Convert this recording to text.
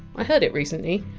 i heard it recently.